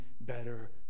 better